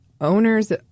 Owners